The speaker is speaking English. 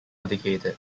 educated